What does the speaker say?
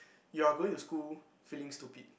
you are going to school feeling stupid